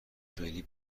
فعلی